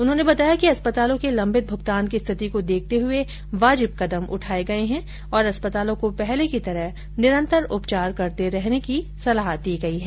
उन्होंने बताया कि अस्पतालों के लंबित भुगतान की स्थिति को देखते हुए वाजिब कदम उठाये गये हैं और अस्पतालों को पहले की तरह निरंतर उपचार करते रहने की सलाह दी गई है